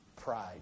Pride